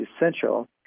essential